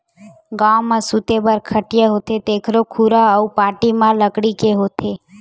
गाँव म सूते बर खटिया होथे तेखरो खुरा अउ पाटी ह लकड़ी के होथे